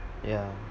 yeah